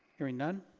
hearing none,